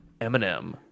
Eminem